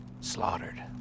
Slaughtered